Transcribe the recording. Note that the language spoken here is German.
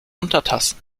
untertassen